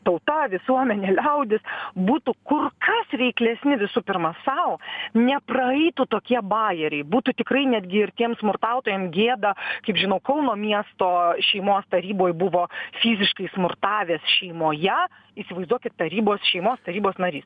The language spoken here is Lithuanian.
tauta visuomenė liaudis būtų kur kas veiklesni visų pirma sau nepraeitų tokie bajeriai būtų tikrai netgi ir tiem smurtautojam gėda kaip žinau kauno miesto šeimos taryboj buvo fiziškai smurtavęs šeimoje įsivaizduokit tarybos šeimos tarybos narys